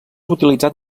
utilitzat